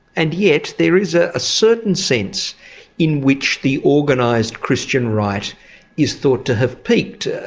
and yet there is a certain sense in which the organised christian right is thought to have peaked.